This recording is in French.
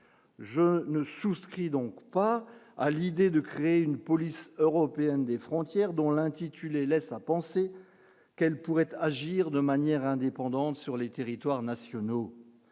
je ne souscris donc pas à l'idée de créer une police européenne des frontières dont l'intitulé, laisse à penser qu'elle pourrait agir de manière indépendante sur les territoires nationaux